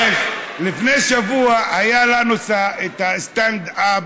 לפני שבוע היה לנו את הסטנד-אפ